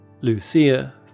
Lucia